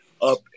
up